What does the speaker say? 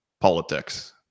politics